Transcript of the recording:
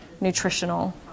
nutritional